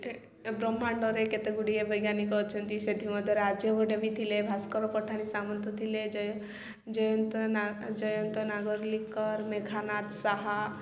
ବ୍ରହ୍ମାଣ୍ଡରେ କେତେଗୁଡ଼ିଏ ବୈଜ୍ଞାନିକ ଅଛନ୍ତି ସେଥିମଧ୍ୟରୁ ଆର୍ଯ୍ୟଭଟ୍ଟ ବି ଥିଲେ ଭାସ୍କର ପଠାଣି ସାମନ୍ତ ଥିଲେ ଜୟ ଜୟନ୍ତ ଜୟନ୍ତ ନାଗରଲିକିକ ମେଘାନାଦ ସାହା